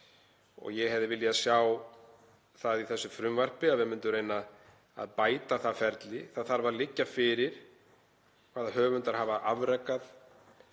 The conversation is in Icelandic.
og ég hefði viljað sjá í þessu frumvarpi að við myndum reyna að bæta það ferli. Það þarf að liggja fyrir hvað höfundar hafa afrekað,